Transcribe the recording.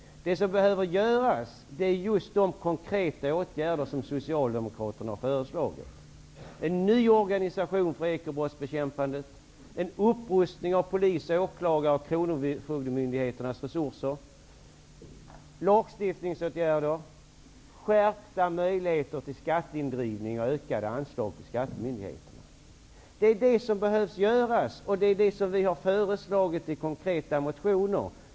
Det som behöver göras är just de konkreta åtgärder som Socialdemokraterna har föreslagit. Det behövs en ny organisation för ekobrottsbekämpandet, en upprustning av polis-, åklagar och kronofogdemyndigheternas resurser, lagstiftningsåtgärder, skärpta möjligheter till skatteindrivning och ökade anslag till skattemyndigheterna. Det är det som behövs, och det är det vi socialdemokrater har föreslagit i konkreta motioner.